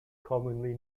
commonly